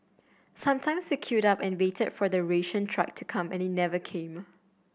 sometimes we queued up and waited for the ration truck to come and it never came